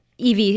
EV